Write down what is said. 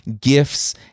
gifts